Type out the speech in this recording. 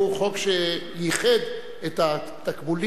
הוא חוק שייחד את התקבולים